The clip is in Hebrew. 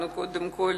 אנחנו קודם כול